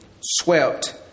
swept